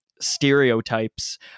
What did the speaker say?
stereotypes